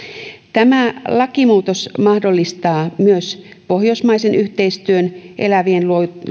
lakimuutos mahdollistaa myös pohjoismaisen yhteistyön elävien